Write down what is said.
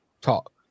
talk